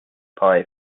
pie